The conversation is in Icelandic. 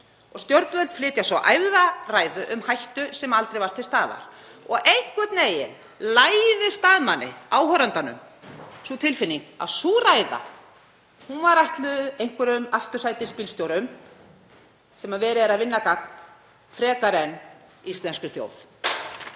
Stjórnvöld flytja svo æfða ræðu um hættu sem aldrei var til staðar og einhvern veginn læðist að manni, áheyrandanum, sú tilfinning að sú ræða hafi verið ætluð einhverjum aftursætisbílstjórum sem verið er að vinna gagn frekar en íslenskri þjóð.